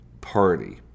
party